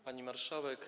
Pani Marszałek!